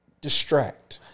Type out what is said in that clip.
distract